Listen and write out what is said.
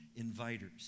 inviters